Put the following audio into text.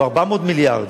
או 400 מיליארד,